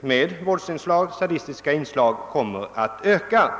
med våldsinslag, sadistiska inslag, kommer att öka.